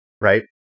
right